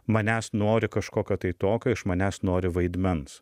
manęs nori kažkokio tai tokio iš manęs nori vaidmens